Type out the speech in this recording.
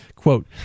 Quote